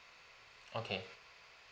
okay